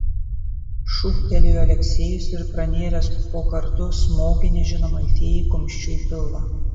šūktelėjo aleksejus ir pranėręs po kardu smogė nežinomai fėjai kumščiu į pilvą